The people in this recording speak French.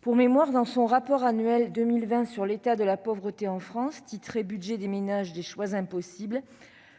Pour mémoire, dans son rapport annuel de 2020 sur l'état de la pauvreté en France intitulé, le Secours catholique